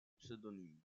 pseudonyme